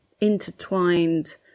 intertwined